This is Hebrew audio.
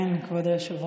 כן, כבוד היושב-ראש.